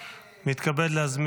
הינני,